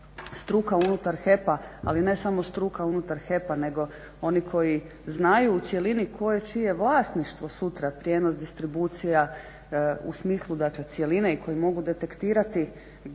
struka unutar HEP-a, ali ne samo struka unutar HEP-a nego oni koji znaju u cjelini koje čije vlasništvo sutra prijenos distribucija u smislu cjeline i koju mogu detektirati gdje se